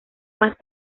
más